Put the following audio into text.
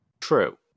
True